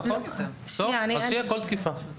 תהיה כל תקיפה.